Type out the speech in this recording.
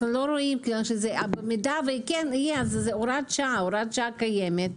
במידה ותהיה הצדקה הוראת השעה קיימת,